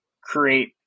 create